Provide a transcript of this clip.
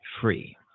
free